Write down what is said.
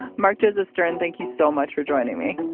mark joseph stern thank you so much for joining me.